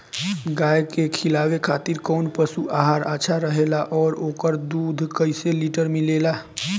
गाय के खिलावे खातिर काउन पशु आहार अच्छा रहेला और ओकर दुध कइसे लीटर मिलेला?